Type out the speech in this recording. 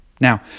now